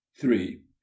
three